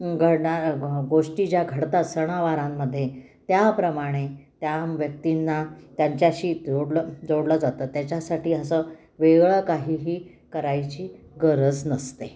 घडणा गोष्टी ज्या घडतात सणावारांमध्ये त्याप्रमाणे त्याम व्यक्तींना त्यांच्याशी जोडलं जोडलं जातं त्याच्यासाठी असं वेगळं काहीही करायची गरज नसते